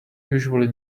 usually